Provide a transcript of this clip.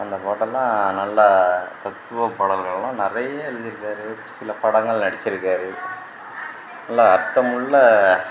அந்த பாட்டெல்லாம் நல்லா தத்துவ பாடல்களலாம் நிறைய எழுதியிருக்காரு சில படங்கள் நடித்திருக்காரு நல்லா அர்த்தமுள்ள